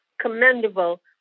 commendable